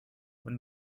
when